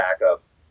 backups